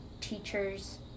teachers